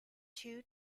two